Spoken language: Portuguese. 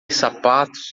sapatos